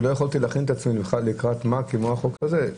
שלא יכולתי להכין את עצמי לדיון כמו החוק הזה.